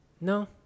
no